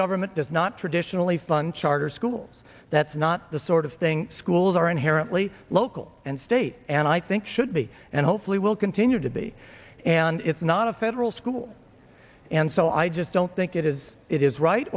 government does not traditionally fun charter schools that's not the sort of thing schools are inherently local and state and i think should be and hopefully will continue to be and it's not a federal school and so i just don't think it is it is right